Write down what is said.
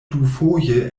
dufoje